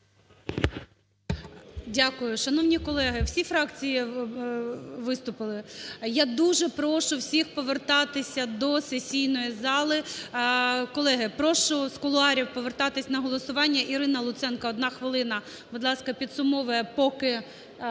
Дякую. Шановні колеги, всі фракції виступили? Я дуже прошу всіх повертатися до сесійної зали. Колеги, прошу з кулуарів повертатись на голосування. Ірина Луценко, 1 хвилина, будь ласка, підсумовує, поки